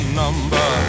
number